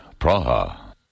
Praha